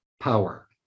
power